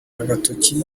agatoki